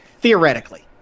Theoretically